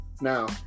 Now